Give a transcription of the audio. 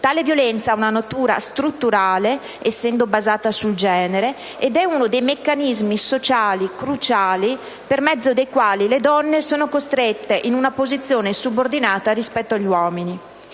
tale violenza ha natura strutturale, essendo basata sul genere ed «è uno dei meccanismi sociali cruciali per mezzo dei quali le donne sono costrette in una posizione subordinata rispetto agli uomini».